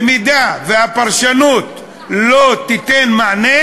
במידה שהפרשנות לא תיתן מענה,